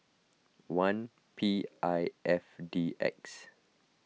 one P I F D X